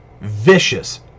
vicious